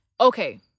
okay